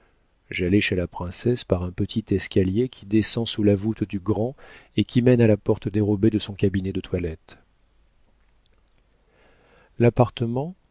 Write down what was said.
j'allais chez la princesse par un petit escalier qui descend sous la voûte du grand et qui mène à la porte dérobée de son cabinet de toilette l'appartement